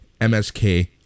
MSK